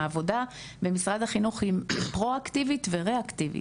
העבודה במשרד החינוך היא פרו-אקטיבית ורה-אקטיבית,